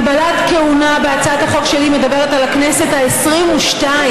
הגבלת כהונה בהצעת החוק שלי מדברת על הכנסת העשרים-ושתיים,